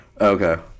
Okay